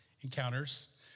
encounters